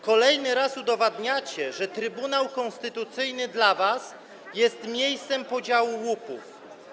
Kolejny raz udowadniacie, że Trybunał Konstytucyjny dla was jest miejscem podziału łupów.